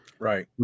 Right